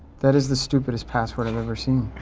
that is the stupidest password i've ever seen.